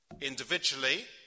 individually